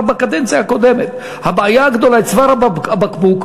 בקדנציה הקודמת: הבעיה הגדולה היא צוואר הבקבוק.